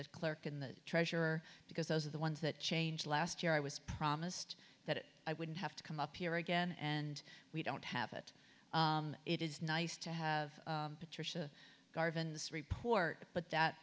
that clerk in the treasurer because those are the ones that change last year i was promised that i wouldn't have to come up here again and we don't have it it is nice to have patricia garvin's report but that